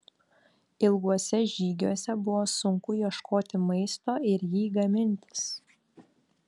ilguose žygiuose buvo sunku ieškoti maisto ir jį gamintis